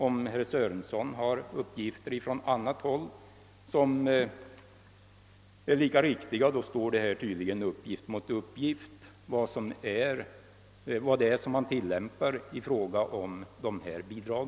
Om herr Sörenson har lika riktiga uppgifter från annat håll står alltså här tydligen uppgift mot uppgift i fråga om tillämpningen av reglerna för dessa bidrag.